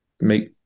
make